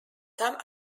some